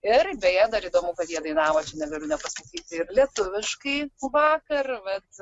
ir beje dar įdomu kad jie dainavo aš dabar nepasakyti ir lietuviškai vakar bet